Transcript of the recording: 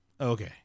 okay